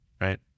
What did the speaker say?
Right